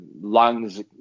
lungs